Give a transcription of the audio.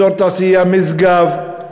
אזור התעשייה משגב.